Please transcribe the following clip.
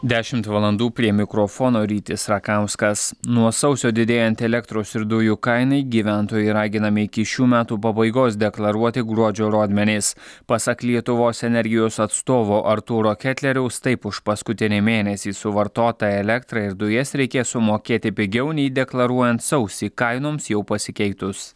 dešimt valandų prie mikrofono rytis rakauskas nuo sausio didėjant elektros ir dujų kainai gyventojai raginami iki šių metų pabaigos deklaruoti gruodžio rodmenis pasak lietuvos energijos atstovo artūro ketleriaus taip už paskutinį mėnesį suvartotą elektrą ir dujas reikės sumokėti pigiau nei deklaruojant sausį kainoms jau pasikeitus